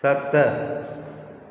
सत